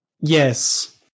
yes